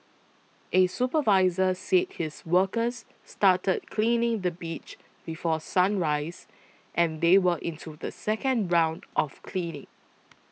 a supervisor said his workers started cleaning the beach before sunrise and they were into the second round of cleaning